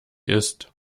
ist